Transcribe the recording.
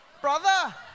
Brother